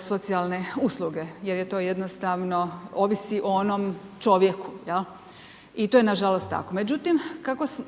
socijalne usluge jer to jednostavno ovisi o onome čovjeku, jel', i to je nažalost tako. Međutim